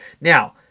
Now